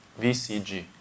VCG